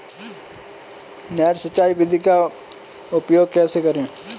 नहर सिंचाई विधि का उपयोग कैसे करें?